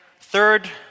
Third